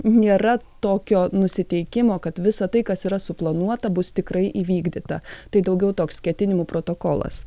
nėra tokio nusiteikimo kad visa tai kas yra suplanuota bus tikrai įvykdyta tai daugiau toks ketinimų protokolas